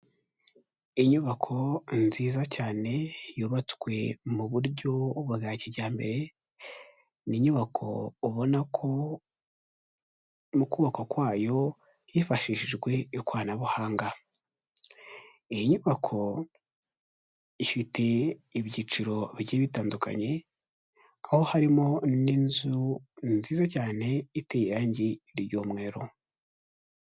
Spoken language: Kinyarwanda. Inyubako nziza cyane yubatswe mu buryo bwa kijyambere, ni inyubako ubona ko mu kubakwa kwayo hifashishijwe ikoranabuhanga, iyi nyubako ifite ibyiciro bigiye bitandukanye, aho harimo n'inzu nziza cyane iteye irange ry'umweru.